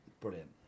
Brilliant